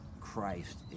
Christ